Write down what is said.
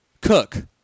Cook